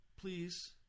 please